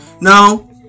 Now